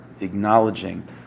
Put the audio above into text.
acknowledging